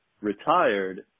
retired